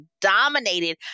dominated